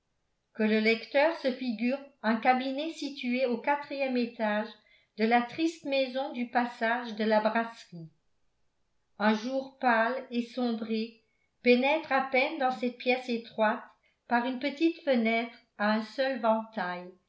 que le lecteur se figure un cabinet situé au quatrième étage de la triste maison du passage de la brasserie un jour pâle et sombré pénètre à peine dans cette pièce étroite par une petite fenêtre à un seul vantail